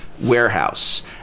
warehouse